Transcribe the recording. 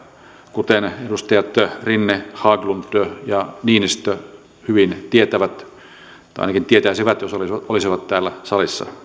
kuten edustajat rinne haglund ja niinistö hyvin tietävät tai ainakin tietäisivät jos olisivat olisivat täällä salissa